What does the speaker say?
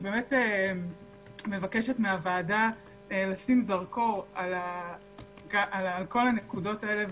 אני מבקשת מהוועדה לשים זרקור על כל הנקודות האלה,